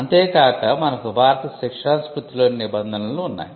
అంతే కాక మనకు భారత శిక్షాస్మృతిలోని నిబంధనలు ఉన్నాయి